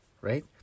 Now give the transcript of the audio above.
right